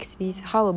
mm